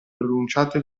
pronunciate